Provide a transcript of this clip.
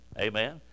Amen